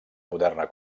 moderna